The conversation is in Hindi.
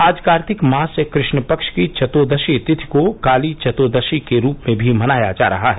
आज कार्तिक मास कृष्ण पक्ष की चत्र्दशी तिथि को काली चत्र्दशी के रूप में भी मनाया जा रहा है